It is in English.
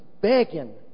begging